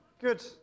Good